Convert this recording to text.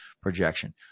projection